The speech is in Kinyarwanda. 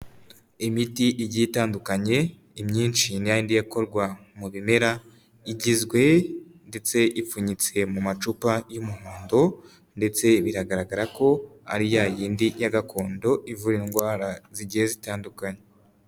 Imiti igi itandukanye imyinshi ndi ikorwa mu bimera igizwe ndetse ipfunyitse mu macupa y'umuhondo ndetse biragaragara ko ari ya yindi ya gakondo ivura indwara zigiye zitandukanye.